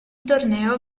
torneo